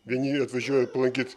vieni atvažiuoja aplankyt